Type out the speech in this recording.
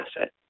asset